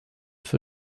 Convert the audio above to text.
für